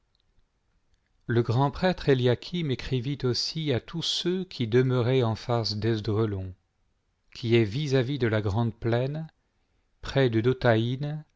le grand prêtre eliachim écrivit aussi à tous ceux qui demeuraient en face d'esdrelon qui est vis-à-vis de la grande plaine près de